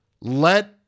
Let